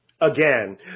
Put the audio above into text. Again